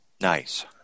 Nice